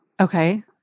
Okay